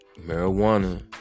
Marijuana